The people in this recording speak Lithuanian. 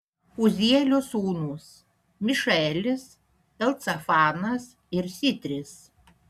uzielio sūnūs mišaelis elcafanas ir sitris